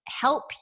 help